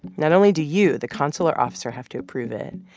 not only do you, the consular officer, have to approve it.